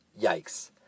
Yikes